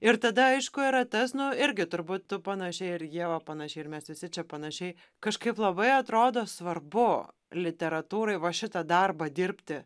ir tada aišku yra tas nu irgi turbūt tu panašiai ir ieva panašiai ir mes visi čia panašiai kažkaip labai atrodo svarbu literatūrai va šitą darbą dirbti